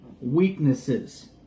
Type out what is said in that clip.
weaknesses